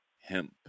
hemp